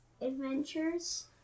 Adventures